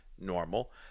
normal